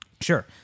Sure